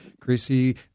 Chrissy